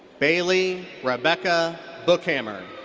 baylie rebecca bookhammer.